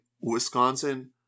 Wisconsin